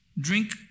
drink